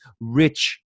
rich